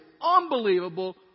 unbelievable